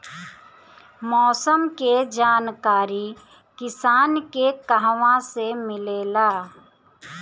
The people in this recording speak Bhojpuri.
मौसम के जानकारी किसान के कहवा से मिलेला?